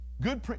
Good